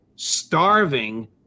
starving